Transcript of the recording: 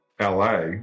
LA